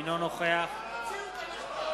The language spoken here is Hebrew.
אינו נוכח אוהו,